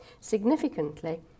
Significantly